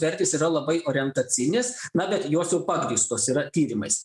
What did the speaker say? vertės yra labai orientacinės na bet jos jau pagrįstos yra tyrimais